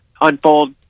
unfold